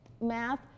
Math